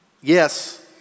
Yes